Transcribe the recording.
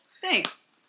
Thanks